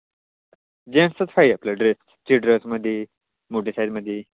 जेनट्सचं आहे आपलं ड्रेस स्त्री ड्रेसमध्ये मोठे साईजमध्ये